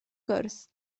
gwrs